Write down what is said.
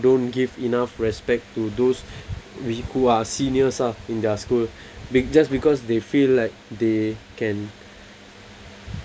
don't give enough respect to those we who are seniors ah in their school be~ just because they feel like they can